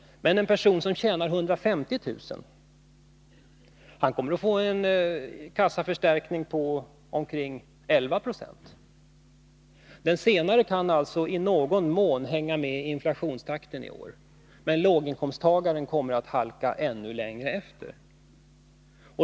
Men en person som tjänar 150 000, han kommer att få en kassaförstärkning på omkring 11 26. Den senare kan alltså i någon mån hänga med i inflationstakten i år. Men låginkomsttagaren kommer att halka ännu längre efter.